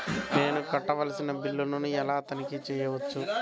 నేను కట్టవలసిన బిల్లులను ఎలా తనిఖీ చెయ్యవచ్చు?